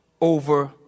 over